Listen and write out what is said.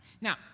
Now